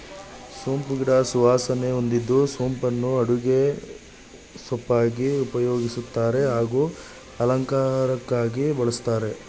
ಸೋಂಪು ಗಿಡ ಸುವಾಸನೆ ಹೊಂದಿದ್ದು ಸೋಂಪನ್ನು ಅಡುಗೆ ಸೊಪ್ಪಾಗಿ ಉಪಯೋಗಿಸ್ತಾರೆ ಹಾಗೂ ಅಲಂಕಾರಕ್ಕಾಗಿ ಬಳಸ್ತಾರೆ